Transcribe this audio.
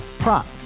Prop